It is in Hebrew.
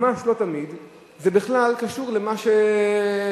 ממש לא תמיד זה בכלל קשור למה שהדובר,